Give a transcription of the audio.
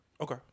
Okay